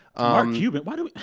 ah cuban? why do we.